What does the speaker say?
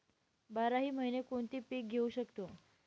बाराही महिने कोणते पीक घेवू शकतो?